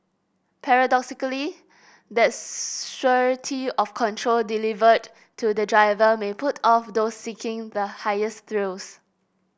paradoxically that surety of control delivered to the driver may put off those seeking the highest thrills